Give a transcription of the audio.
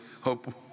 Hope